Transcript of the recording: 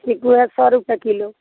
चीकू है सौ रुपये किलो